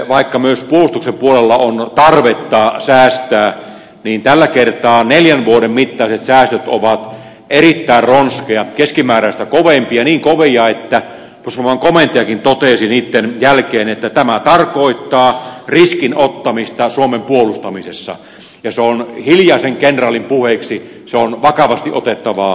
vaikka myös puolustuksen puolella on tarvetta säästää niin tällä kertaa neljän vuoden mittaiset säästöt ovat erittäin ronskeja keskimääräistä kovempia niin kovia että puolustusvoimain komentajakin totesi niitten jälkeen että tämä tarkoittaa riskin ottamista suomen puolustamisessa ja se on hiljaisen kenraalin puheeksi vakavasti otettavaa puhetta